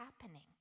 happening